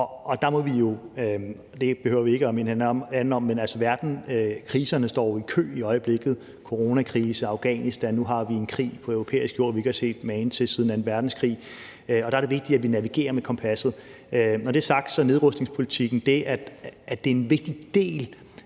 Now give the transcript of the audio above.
værdier, og der behøver vi jo ikke at minde hinanden om, at kriserne i øjeblikket står i kø – en coronakrise, Afghanistan, og nu har vi en krig på europæisk jord, vi ikke har set magen til siden anden verdenskrig – og der er det vigtigt, at vi navigerer med kompasset. Når det er sagt, er der for det andet nedrustningspolitikken, og det er en vigtig del af